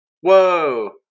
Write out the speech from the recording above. whoa